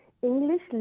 English